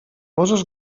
możesz